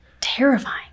terrifying